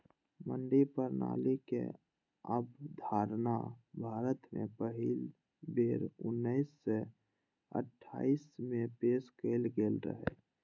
मंडी प्रणालीक अवधारणा भारत मे पहिल बेर उन्नैस सय अट्ठाइस मे पेश कैल गेल रहै